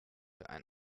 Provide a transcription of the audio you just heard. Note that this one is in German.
ein